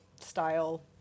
style